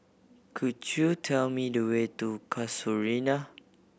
could you tell me the way to Casuarina